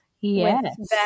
yes